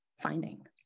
finding